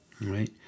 right